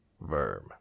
verb